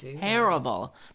terrible